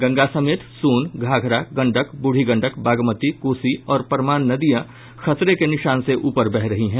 गंगा समेत सोन घाघरा गंडक बूढ़ी गंडक बागमती कोसी और परमान नदियां खतरे के निशान से ऊपर बह रही हैं